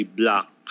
block